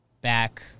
back